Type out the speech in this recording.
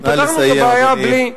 כי פתרנו את הבעיה בלי,